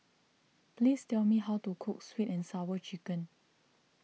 please tell me how to cook Sweet and Sour Chicken